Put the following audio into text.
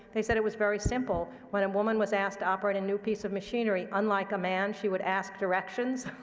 they said it was very simple. when a and woman was asked to operate a new piece of machinery, unlike a man, she would ask directions.